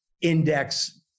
index